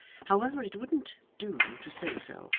however it wouldn't do to say so,